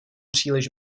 příliš